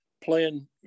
playing